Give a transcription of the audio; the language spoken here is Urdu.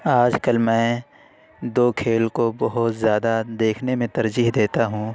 آج کل میں دو کھیل کو بہت زیادہ دیکھنے میں ترجیح دیتا ہوں